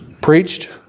preached